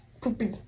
Poopy